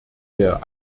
der